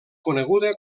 coneguda